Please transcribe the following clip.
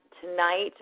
tonight